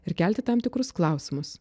ir kelti tam tikrus klausimus